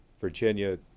Virginia